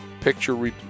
picture